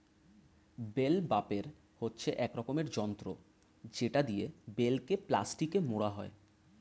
bell wrapper হচ্ছে এক রকমের যন্ত্র যেটা দিয়ে বেলকে প্লাস্টিকে মোড়া হয়